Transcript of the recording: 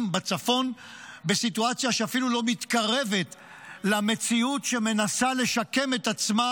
בצפון בסיטואציה שאפילו לא מתקרבת למציאות שמנסה לשקם את עצמה